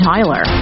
Tyler